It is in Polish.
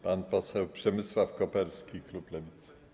Pan poseł Przemysław Koperski, klub Lewicy.